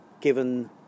given